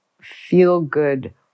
feel-good